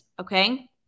Okay